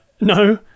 no